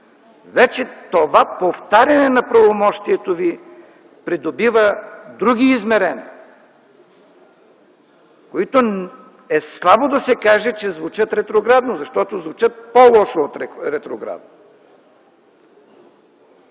вече това повтаряне на правомощието Ви придобива други измерения, които е слабо да се каже, че звучат ретроградно, защото звучат по-лошо от ретроградно!